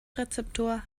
rezeptur